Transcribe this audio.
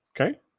Okay